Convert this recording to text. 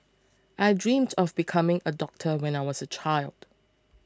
I dreamt of becoming a doctor when I was a child